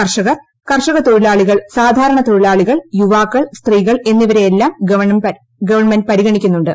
കർഷകർ കർഷക തൊഴിലാളികൾ സാധാരണതൊഴിലാളികൾ യുവാക്കൾ സ്ത്രീകൾ എന്നിവരെയെല്ലാം ഗവൺമെന്റ് പരിഗണിക്കുന്നുണ്ട്